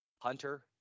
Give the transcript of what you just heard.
hunter